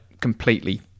completely